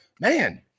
man